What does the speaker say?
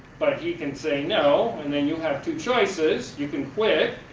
but he can say no and then you have two choices, you can quit,